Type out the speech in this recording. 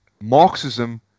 Marxism